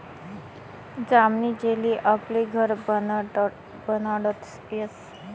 जामनी जेली आपले घर बनाडता यस